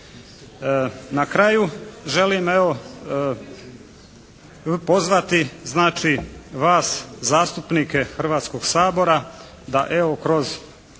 Na kraju želim evo pozvati znači vas zastupnike Hrvatskog sabora da evo